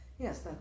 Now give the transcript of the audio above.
Yes